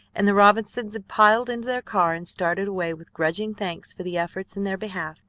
and the robinsons had piled into their car and started away with grudging thanks for the efforts in their behalf,